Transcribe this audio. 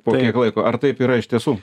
po kiek laiko ar taip yra iš tiesų